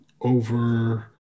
over